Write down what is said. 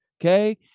Okay